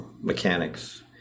mechanics